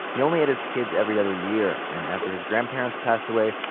he only had his kids every other year. and after his grandparents passed away,